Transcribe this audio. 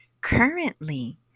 currently